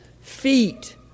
feet